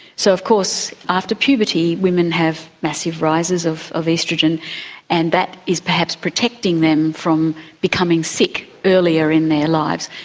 so of course after puberty women have massive rises of of oestrogen and that is perhaps protecting them from becoming sick earlier in their lives.